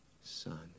Son